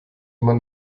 man